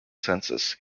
census